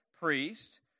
priest